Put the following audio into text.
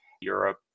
Europe